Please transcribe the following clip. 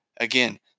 Again